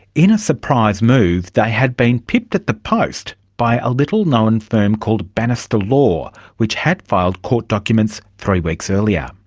in a surprise move, they had been pipped at the post by a little-known firm called bannister law, which had filed court documents three weeks earlier.